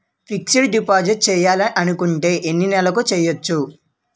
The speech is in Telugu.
ఫిక్సడ్ డిపాజిట్ చేయాలి అనుకుంటే ఎన్నే నెలలకు చేయొచ్చు?